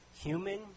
human